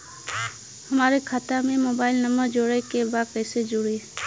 हमारे खाता मे मोबाइल नम्बर जोड़े के बा कैसे जुड़ी?